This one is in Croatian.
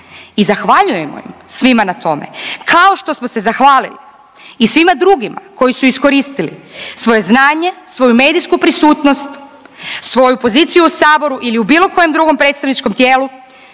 I zahvaljujemo im svima na tome, kao to smo se zahvalili i svima drugima koji su iskoristili svoj znanje, svoju medijsku prisutnost, svoju poziciju u Saboru ili bilo kojem drugom predstavničkom tijelu,